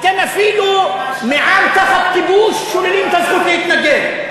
אתם אפילו מעם תחת כיבוש שוללים את הזכות להתנגד.